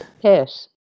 Yes